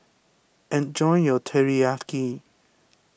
enjoy your Teriyaki